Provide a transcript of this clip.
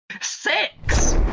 Six